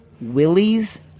Willie's